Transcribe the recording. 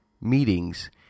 meetings